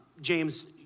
James